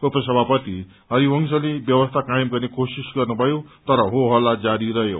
उपसभापति हरिवशंले व्यवस्था कायम गर्ने कोशिश गर्नुभयो तर हो हल्ला जारी रहयो